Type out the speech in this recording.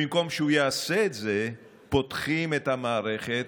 במקום שהוא יעשה את זה, פותחים את המערכת.